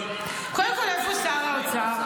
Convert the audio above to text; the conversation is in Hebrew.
קודם כול, איפה שר האוצר?